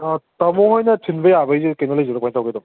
ꯇꯥꯃꯣ ꯍꯣꯏꯅ ꯊꯤꯟꯕ ꯌꯥꯕꯒꯤꯁꯦ ꯀꯩꯅꯣ ꯂꯩꯒꯗ꯭ꯔꯥ ꯀꯃꯥꯏꯅ ꯇꯧꯒꯦ ꯑꯗꯨꯝ